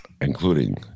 including